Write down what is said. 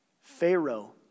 Pharaoh